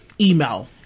email